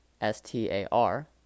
S-T-A-R